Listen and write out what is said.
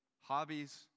Hobbies